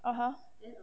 (uh huh)